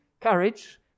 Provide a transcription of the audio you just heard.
courage